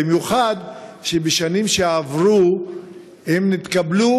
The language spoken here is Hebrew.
במיוחד שבשנים שעברו הם התקבלו